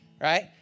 right